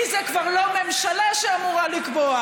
כי זו כבר לא הממשלה שאמורה לקבוע.